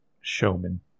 showman